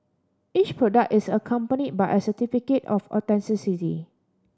each product is accompany by a certificate of authenticity